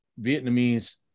Vietnamese